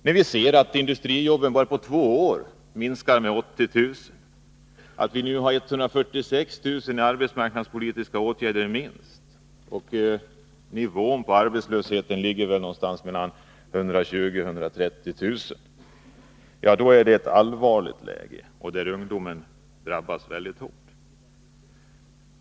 Antalet industrijobb har på bara två år minskat med 80 000. Vi har nu minst 146 000 människor sysselsatta genom arbetsmarknadspolitiska åtgärder, och arbetslöshetsnivån ligger någonstans mellan 120 000 och 130 000. Detta är ett allvarligt läge, där ungdomen drabbas mycket hårt.